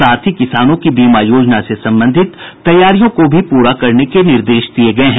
साथ ही किसानों की बीमा योजना से संबंधित तैयारियों को भी पूरा करने के निर्देश दिये गये हैं